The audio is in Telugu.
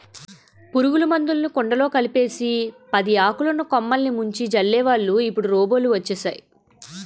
పురుగుల మందులుని కుండలో కలిపేసి పదియాకులున్న కొమ్మలిని ముంచి జల్లేవాళ్ళు ఇప్పుడు రోబోలు వచ్చేసేయ్